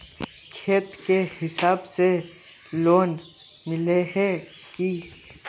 खेत के हिसाब से लोन मिले है की?